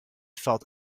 felt